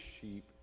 sheep